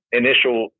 initial